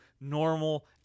normal